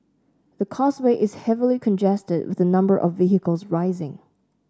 the causeway is heavily congested with the number of vehicles rising